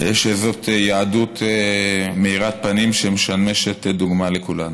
שזאת יהדות מאירת פנים, שמשמשת דוגמה לכולנו.